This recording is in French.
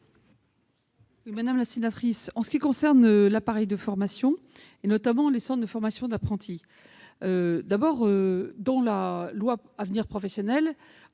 Madame la sénatrice, en ce qui concerne l'appareil de formation et notamment les centres de formation d'apprentis, nous avons complètement libéré, dans la loi Avenir professionnel,